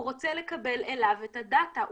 הוא רוצה לקבל אליו את הדאטה.